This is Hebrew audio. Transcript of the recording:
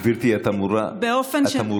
גברתי, את אמורה להיצמד.